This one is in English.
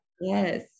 Yes